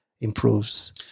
improves